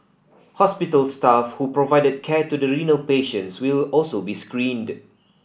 hospital staff who provided care to the renal patients will also be screened